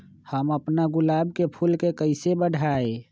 हम अपना गुलाब के फूल के कईसे बढ़ाई?